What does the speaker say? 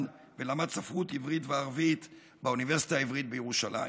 ולמד ספרות עברית וערבית באוניברסיטה העברית בירושלים.